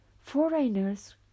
Foreigners